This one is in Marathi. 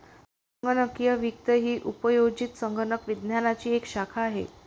संगणकीय वित्त ही उपयोजित संगणक विज्ञानाची एक शाखा आहे